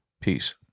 Peace